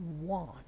want